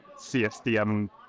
CSDM